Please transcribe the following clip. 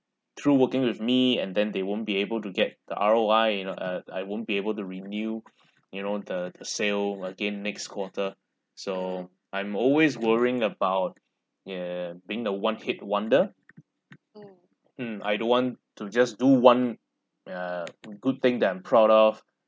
through working with me and then they won't be able to get the R_O_I you know uh I won't be able to renew you know the the sale again next quarter so I'm always worrying about yeah being the one-hit wonder mm I don't want to just do one ya a good thing that I'm proud of